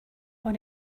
own